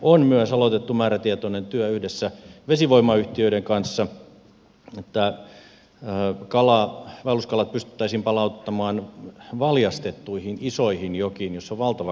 on myös aloitettu määrätietoinen työ yhdessä vesivoimayhtiöiden kanssa että vaelluskalat pystyttäisiin palauttamaan valjastettuihin isoihin jokiin joissa on valtava kalatalouspotentiaali